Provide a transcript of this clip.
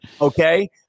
okay